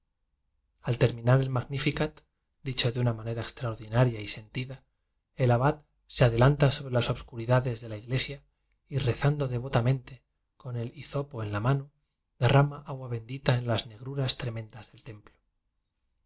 ai terminar el magnificat dicho de una manera extraordinaria y sentida el abad se adelanta sobre las obscuridades de la iglesia y rezando devotamente con el hizopo en la mano derrama agua bendita en las negruras tremendas del templo en